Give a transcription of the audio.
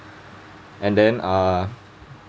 and then uh